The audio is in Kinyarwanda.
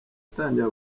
atangira